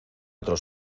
otro